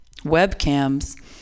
webcams